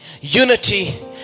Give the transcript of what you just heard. unity